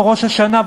או ראש השנה,